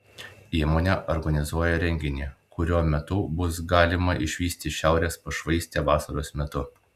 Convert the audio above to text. įmonė organizuoja renginį kurio metu bus galima išvysti šiaurės pašvaistę vasaros metu